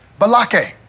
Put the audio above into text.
Balake